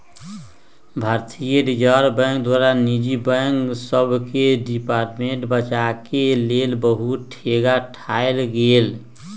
भारतीय reserve bank द्वारा निजी बैंक सभके डिफॉल्ट से बचाबेके लेल बहुते डेग उठाएल गेल